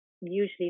usually